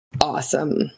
Awesome